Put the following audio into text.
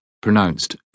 pronounced